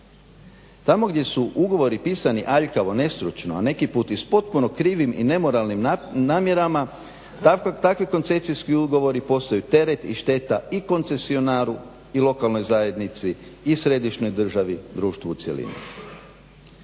Tamo gdje su ugovori pisani aljkavo, nestručno a neki put i s potpuno krivim i nemoralnim namjerama, takvi koncesijski ugovori postaju teret i šteta i koncesionaru i lokalnoj zajednici i središnjoj državi, društvu u cjelini.